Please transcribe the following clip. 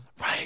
right